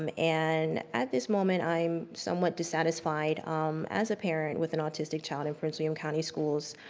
um and at this moment i'm somewhat dissatisfied um as a parent with an autistic child in prince william county schools